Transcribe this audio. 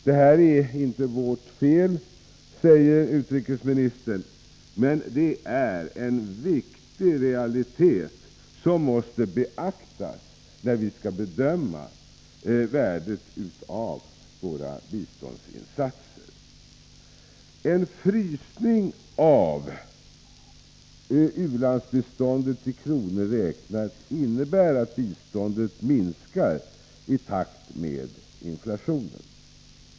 Det här är inte vårt fel, säger utrikesministern, men det är en viktig realitet som måste beaktas när vi skall bedöma värdet av våra biståndsinsatser. En frysning av u-landsbiståndet i kronor räknat innebär att biståndet minskar i takt med inflationen.